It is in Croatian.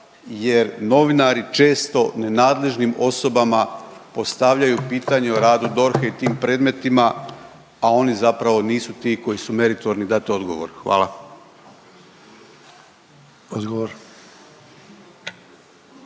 jer novinari često nenadležnim osobama postavljaju pitanje o radu DORH-a i tim predmetima, a oni zapravo nisu ti koji su meritorni dat odgovor. Hvala.